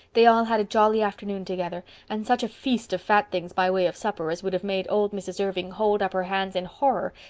they all had a jolly afternoon together and such a feast of fat things by way of supper as would have made old mrs. irving hold up her hands in horror,